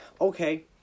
okay